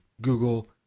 Google